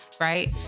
right